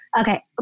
Okay